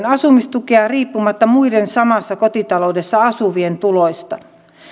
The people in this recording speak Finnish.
asumistukea riippumatta muiden samassa kotitaloudessa asuvien tuloista